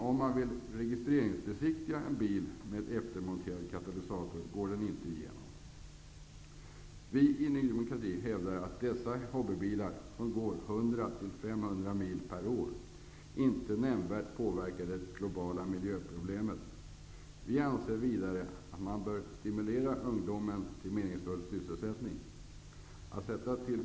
Om man vill registreringsbesiktiga en bil med eftermonterad katalysator går den inte igenom besiktningen. Vi i Ny demokrati hävdar att dessa hobbybilar, som går 100 till 500 mil per år, inte nämnvärt påverkar det globala miljöproblemet. Vi anser vidare att man bör stimulera ungdomen till meningsfull sysselsättning.